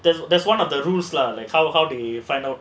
there's there's one of the rules lah like how how did you find out